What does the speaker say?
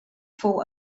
fou